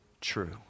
true